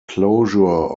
closure